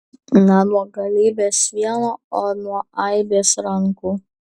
ne nuo galybės vieno o nuo aibės rankų